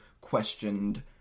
questioned